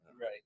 Right